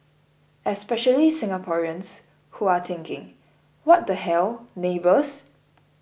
especially Singaporeans who are thinking what the hell neighbours